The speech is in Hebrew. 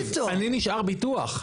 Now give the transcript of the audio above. תקשיב, אני נשאר ביטוח.